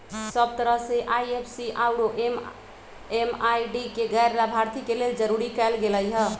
सब तरह से आई.एफ.एस.सी आउरो एम.एम.आई.डी के गैर लाभार्थी के लेल जरूरी कएल गेलई ह